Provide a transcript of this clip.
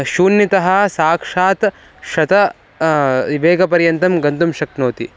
शून्यतः साक्षात् शत वेगपर्यन्तं गन्तुं शक्नोति